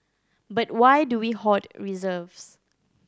but why do we hoard reserves